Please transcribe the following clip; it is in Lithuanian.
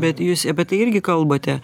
bet jūs apie tai irgi kalbate